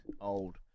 old